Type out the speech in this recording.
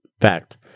fact